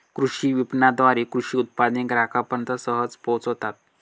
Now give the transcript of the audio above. कृषी विपणनाद्वारे कृषी उत्पादने ग्राहकांपर्यंत सहज पोहोचतात